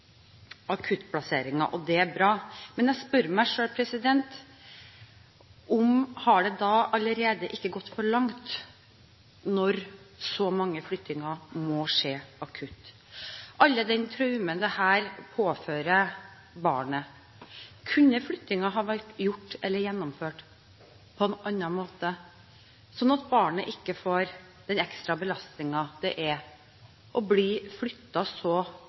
og det er bra. Men jeg spør meg selv: Har det ikke da allerede gått for langt når så mange flyttinger må skje akutt – med tanke på alle de traumene dette påfører barnet? Kunne flyttingen ha vært gjennomført på en annen måte, slik at barnet ikke får den ekstra belastningen det er å bli flyttet så